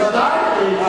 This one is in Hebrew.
בוודאי.